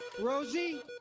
Rosie